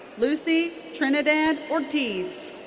lucy trinidad ortiz.